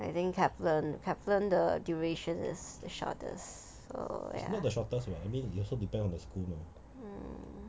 I think Kaplan Kaplan the duration is the shortest